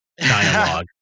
dialogue